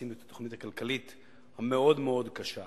ועשינו את התוכנית הכלכלית המאוד מאוד קשה,